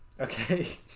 Okay